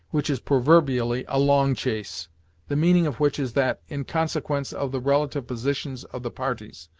which is proverbially a long chase the meaning of which is that, in consequence of the relative positions of the parties,